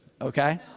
okay